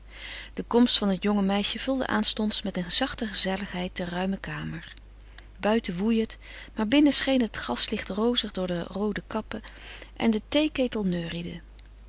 de komst van het jonge meisje vulde aanstonds met een zachte gezelligheid de ruime kamer buiten woei het maar binnen scheen het gaslicht rozig door de roode kappen en de theeketel neuriede